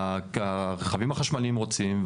הרכבים החשמליים רוצים,